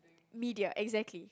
media exactly